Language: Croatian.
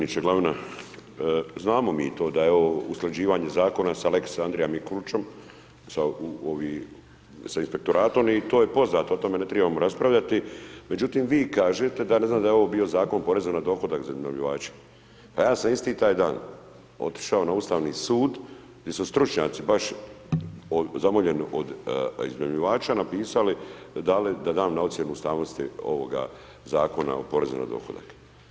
Tajniče Glavina, znamo mi to da je ovo usklađivanje Zakona sa Lex Andrija Mikulićom, sa ovi, sa inspektoratom i to je poznato, o tome ne tribamo raspravljati, međutim vi kažete da ja ne znam da je ovo bio Zakon poreza na dohodak za iznajmljivače, pa ja sam isti taj dan otišao na Ustavni sud gdje su stručnjaci baš zamoljeni od iznajmljivača napisali, dali da dam na ocjenu ustavnosti ovoga Zakona o porezu na dohodak.